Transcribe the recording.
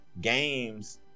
games